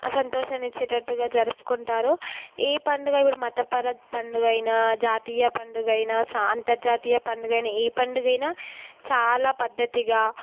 సంతోషాన్ని ఇచ్చేటట్టుగా జరుపుకుంటారు ఈ పండగ మతపర పండుగ అయిన జాతీయ పండుగ అయిన అంతరజాతీయ పండుగనే ఏ పండుగ అయినా చాలా పద్ధతిగా